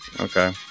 Okay